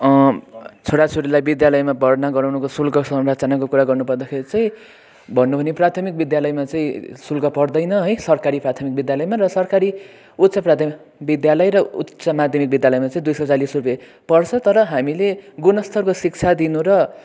छोरा छोरीलाई विद्यालयमा भर्ना गराउनको शुल्क संरचनाको कुरा गर्नु पर्दाखेरि चाहिँ भन्नु भने प्राथमिक विद्यालयमा चाहिँ शुल्क पर्दैन है सरकारी प्राथमिक विद्यालयमा र सरकारी उच्च प्राथ विद्यालय र उच्च माध्यमिक विद्यालयमा चाहिँ दुई सौ चालिस रुपियाँ पर्छ तर हामीले गुणस्तरको शिक्षा दिनु र